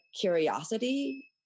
curiosity